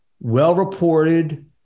well-reported